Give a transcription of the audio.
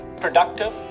productive